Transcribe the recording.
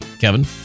Kevin